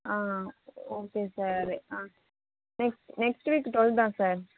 okay sir next next week twelve தான் sir